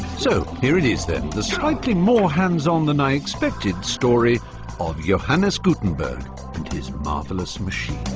so, here it is then, the slightly more-hands-on-than-i-expected story of johannes gutenberg and his marvellous machine.